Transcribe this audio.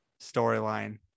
storyline